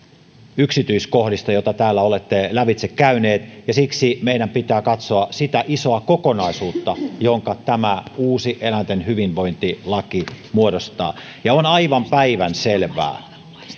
yksityiskohdista joita täällä olette lävitse käyneet ja siksi meidän pitää katsoa sitä isoa kokonaisuutta jonka tämä uusi eläinten hyvinvointilaki muodostaa on aivan päivänselvää